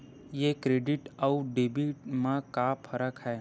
ये क्रेडिट आऊ डेबिट मा का फरक है?